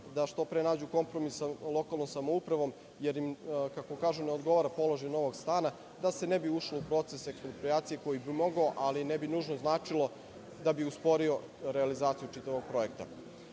da što pre nađu kompromis sa lokalnom samoupravom, jer im, kako kažu, ne odgovara položaj novog stana, da se ne bi ušlo u procese eksproprijacije koji bi mogao, ali ne bi nužno značilo da bi usporio realizaciju čitavog